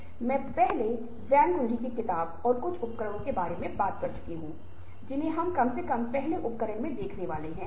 इसलिए हम आमतौर पर उन लोगों के साथ अलग तरह से बातचीत करते हैं जिन्हें हम प्यार करते हैं बादमे अजनबियों के साथ करते है